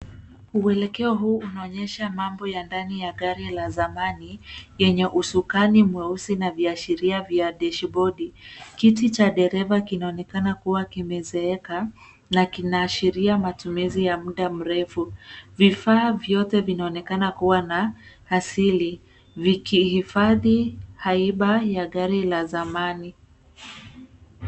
Mwelekeo huu unaonyesha mambo ya ndani ya gari la zamani yenye uskani mweusi na viashiria vya deshibodi. Kiti cha dereva kinaonekana kuwa kimezeeka na kinaashiria matumizi ya muda mrefu. Vifaa vyote vinaonekana kuwa na asili vikihifadhi haiba ya gari la zamani.